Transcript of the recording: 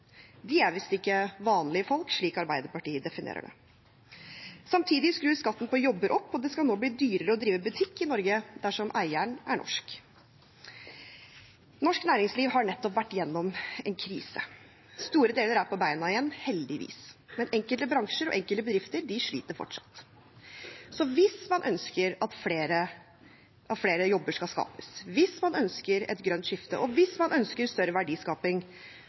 De er visst ikke vanlige folk, slik Arbeiderpartiet definerer det. Samtidig skrus skatten på jobber opp, og det skal nå bli dyrere å drive butikk i Norge dersom eieren er norsk. Norsk næringsliv har nettopp vært gjennom en krise. Store deler er på beina igjen, heldigvis, men enkelte bransjer og enkelte bedrifter sliter fortsatt. Så hvis man ønsker at flere og flere jobber skal skapes, hvis man ønsker et grønt skifte, og hvis man ønsker større verdiskaping,